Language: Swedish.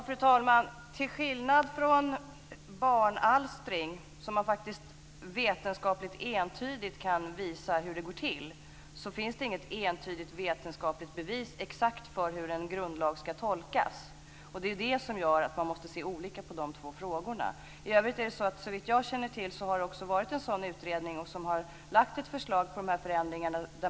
Fru talman! Till skillnad från barnalstring, som man faktiskt vetenskapligt entydigt kan visa hur det går till, finns det inget entydigt vetenskapligt bevis för exakt hur en grundlag skall tolkas. Det är det som gör att man måste se olika på de två frågorna. I övrigt har, såvitt jag känner till, en sådan utredning också lagt fram ett förslag om dessa förändringar.